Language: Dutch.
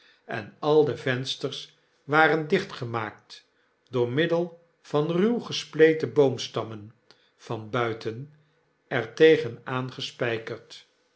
en al de vensters waren dichtgemaakt door middel van ruw gespleten boomstammen van buiten er tegen